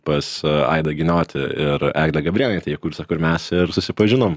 pas aidą giniotį ir eglę gabrėnaitę į kursą kur mes ir susipažinom